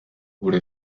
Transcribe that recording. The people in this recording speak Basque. gure